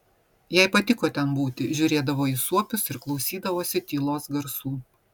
jai patiko ten būti žiūrėdavo į suopius ir klausydavosi tylos garsų